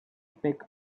pick